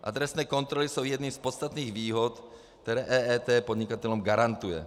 Adresné kontroly jsou jedny z podstatných výhod, které EET podnikatelům garantuje.